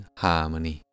harmony